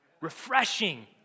Refreshing